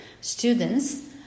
students